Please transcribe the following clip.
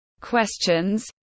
questions